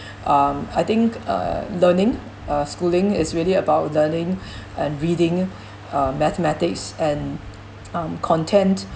um I think uh learning uh schooling is really about learning and reading um mathematics and um content